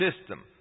system